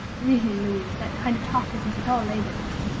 really, louise, that kind of talk isn't at all ladylike.